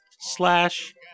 slash